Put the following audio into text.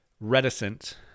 reticent